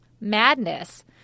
madness